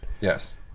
Yes